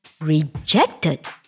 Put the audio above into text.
rejected